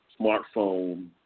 smartphone